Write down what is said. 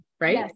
right